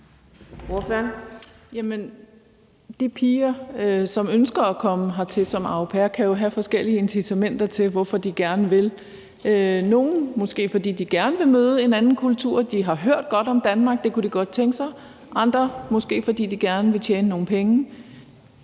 Jerkel (KF): De piger, som ønsker at komme hertil som au pair, kan jo have forskellige incitamenter til, hvorfor de gerne vil det. Nogle gør det måske, fordi de gerne vil møde en anden kultur og har hørt godt om Danmark og derfor godt kunne tænke sig det; andre gør det måske, fordi de gerne vil tjene nogle penge.